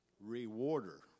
rewarder